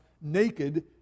naked